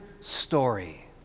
story